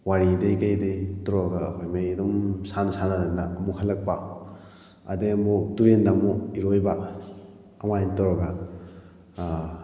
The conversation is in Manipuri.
ꯋꯥꯔꯤꯗꯩ ꯀꯩꯗꯒꯤ ꯇꯧꯔꯒ ꯑꯩꯈꯣꯏꯉꯩ ꯑꯗꯨꯝ ꯁꯥꯟꯅ ꯁꯥꯟꯅꯗꯅ ꯑꯃꯨꯛ ꯍꯜꯂꯛꯄ ꯑꯗꯩ ꯑꯃꯨꯛ ꯇꯨꯔꯦꯟꯗ ꯑꯃꯨꯛ ꯏꯔꯣꯏꯕ ꯑꯗꯨꯃꯥꯏꯅ ꯇꯧꯔꯒ